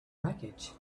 wreckage